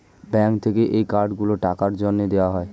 bank থেকে এই card গুলো টাকার জন্যে দেওয়া হয়